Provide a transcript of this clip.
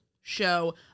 show